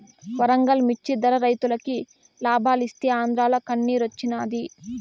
వరంగల్ మిచ్చి ధర రైతులకి లాబాలిస్తీ ఆంద్రాల కన్నిరోచ్చినాది